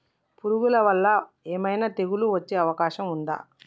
పురుగుల వల్ల ఏమైనా తెగులు వచ్చే అవకాశం ఉందా?